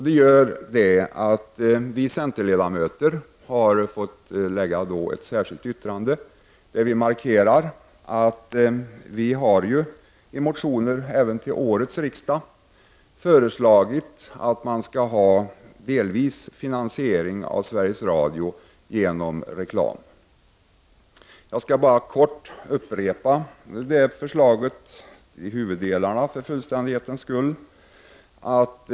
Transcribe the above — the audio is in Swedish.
Det har gjort att vi centerledamöter har fått foga ett särskilt yttrande till betänkandet, där vi markerar att vi i motioner även till årets riksmöte föreslagit att man delvis skall finansiera Sveriges Radios verksamhet genom reklam. Jag skall för fullständighetens skull helt kort upprepa huvuddelarna i det förslaget.